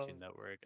Network